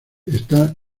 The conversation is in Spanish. está